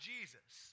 Jesus